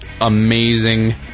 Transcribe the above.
amazing